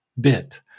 bit